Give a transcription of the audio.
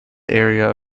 area